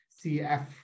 CF